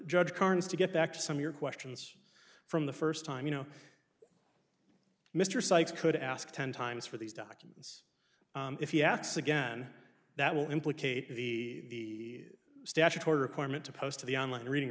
judge carnes to get back to some your questions from the first time you know mr sikes could ask ten times for these documents if he asks again that will implicate the statutory requirement to post to the on line reading